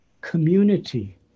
community